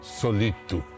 solito